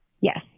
Yes